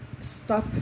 stop